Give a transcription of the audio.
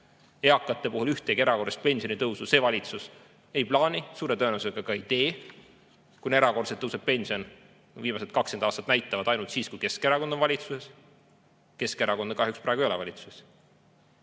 Eakate puhul ühtegi erakorralist pensionitõusu see valitsus ei plaani, suure tõenäosusega ka ei tee. Erakordselt tõuseb pension – viimased 20 aastat näitavad seda – ainult siis, kui Keskerakond on valitsuses. Keskerakonda kahjuks praegu ei ole valitsuses. Nii